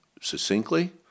succinctly